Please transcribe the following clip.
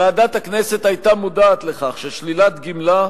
ועדת הכנסת היתה מודעת לכך ששלילת גמלה,